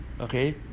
Okay